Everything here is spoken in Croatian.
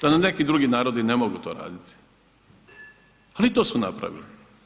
Da nam neki drugi narodi ne mogu to raditi ali i to su napravili.